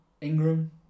Ingram